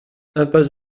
impasse